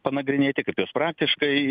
panagrinėti kaip jos praktiškai